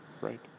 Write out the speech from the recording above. Right